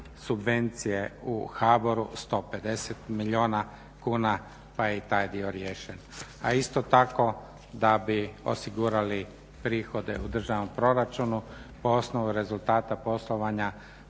subvencije u HBOR-u 150 milijuna kuna pa je i taj dio riješen. A isto tako da bi osigurali prihode u državnom proračunu po osnovu rezultata poslovanja